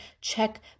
check